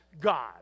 God